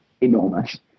enormous